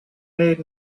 made